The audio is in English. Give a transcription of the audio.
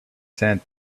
sand